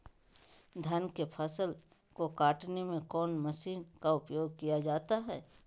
धान के फसल को कटने में कौन माशिन का उपयोग किया जाता है?